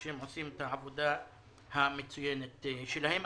כשהם עושים את העבודה המצוינת שלהם.